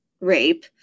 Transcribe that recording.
rape